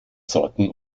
sorten